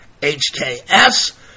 HKS